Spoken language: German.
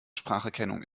spracherkennung